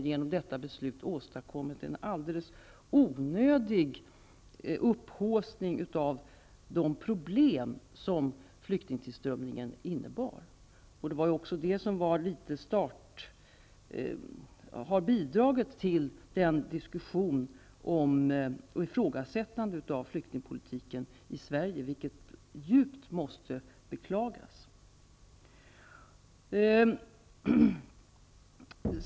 Genom detta beslut åstadkoms en alldeles onödig upphaussning av de problem som flyktingtillströmningen innebar. Det är ju också det som har bidragit till diskussionen om och ifrågasättandet av flyktingpolitiken i Sverige, vilket djupt måste beklagas.